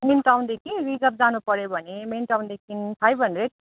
main टाउनदेखि reserve जानुपऱ्यो भने मेन टाउनदेखि फाइभ हन्ड्रेड